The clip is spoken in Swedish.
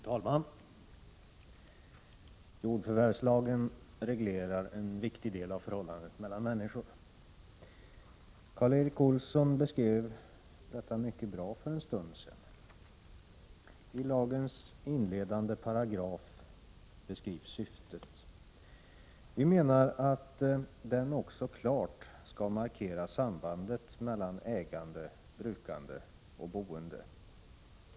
Fru talman! Jordförvärvslagen reglerar en viktig del av förhållandet mellan människor. Karl Erik Olsson beskrev detta mycket bra för en stund sedan. I lagens inledande paragraf beskrivs syftet. Vi menar att den också klart skall markera sambandet mellan ägande, brukande och boende.